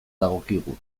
dagokigu